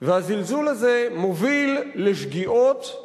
והזלזול הזה מוביל לשגיאות,